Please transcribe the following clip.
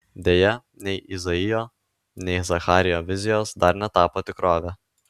deja nei izaijo nei zacharijo vizijos dar netapo tikrove